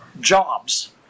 jobs